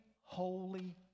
holy